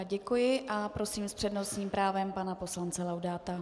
Děkuji a prosím s přednostním právem pana poslance Laudáta.